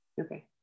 Okay